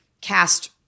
cast